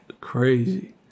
Crazy